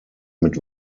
mit